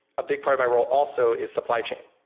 a big part of my role also is supply chain.